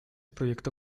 proyecto